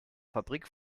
fabrik